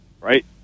right